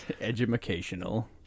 educational